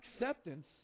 acceptance